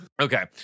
okay